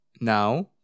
Now